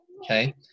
Okay